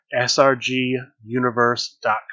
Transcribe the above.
srguniverse.com